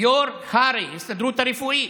יו"ר הר"י, ההסתדרות הרפואית.